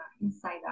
inside